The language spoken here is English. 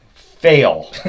Fail